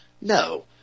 No